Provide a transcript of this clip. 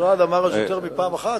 המשרד אמר את זה יותר מפעם אחת,